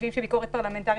חושבים שביקורת פרלמנטרית,